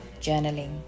journaling